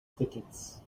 tickets